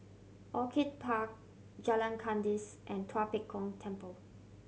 Orchid Park Jalan Kandis and Tua Pek Kong Temple